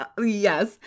Yes